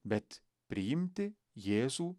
bet priimti jėzų